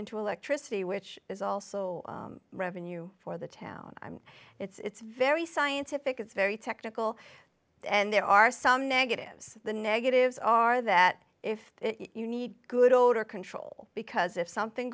into electricity which is also revenue for the town it's very scientific it's very technical and there are some negatives the negatives are that if you need good odor control because if something